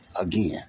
again